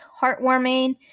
heartwarming